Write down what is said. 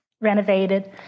renovated